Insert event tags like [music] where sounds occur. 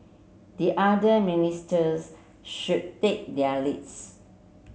the other [unintelligible] should take their leads